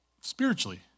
spiritually